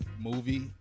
movie